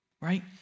Right